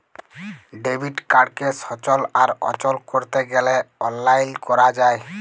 debit কাড়কে সচল আর অচল ক্যরতে গ্যালে অললাইল ক্যরা যায়